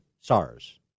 SARS